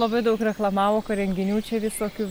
labai daug reklamavo renginių čia visokių